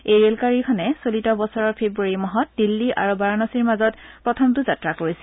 এই ৰেলগাড়ীখনে চলিত বছৰৰ ফেব্ৰুৱাৰী মাহত দিল্লী আৰু বাৰানসীৰ মাজত প্ৰথমটো যাত্ৰা কৰিছিল